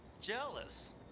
Jealous